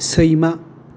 सैमा